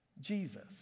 Jesus